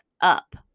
up